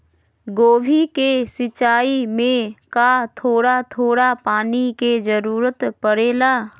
गोभी के सिचाई में का थोड़ा थोड़ा पानी के जरूरत परे ला?